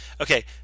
Okay